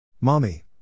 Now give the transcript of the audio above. Mommy